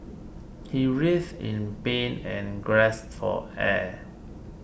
he writhed in pain and gasped for air